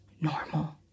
normal